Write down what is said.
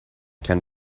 can